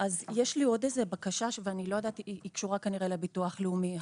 יש לי עוד בקשה והיא כנראה קשורה לביטוח לאומי.